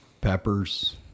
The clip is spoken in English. peppers